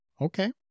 Okay